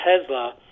Tesla